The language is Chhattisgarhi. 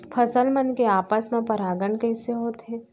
फसल मन के आपस मा परागण कइसे होथे?